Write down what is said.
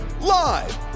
live